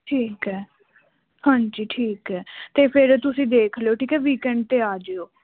ਠੀਕ ਹੈ ਹਾਂਜੀ ਠੀਕ ਹੈ ਅਤੇ ਫਿਰ ਤੁਸੀਂ ਦੇਖ ਲਿਓ ਠੀਕ ਹੈ ਵੀਕਐਂਡ 'ਤੇ ਆ ਜਾਇਓ